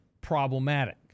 problematic